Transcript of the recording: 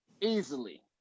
easily